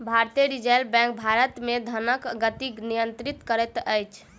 भारतीय reserve bank भारत मे धनक गति नियंत्रित करैत अछि